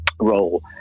role